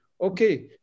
Okay